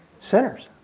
Sinners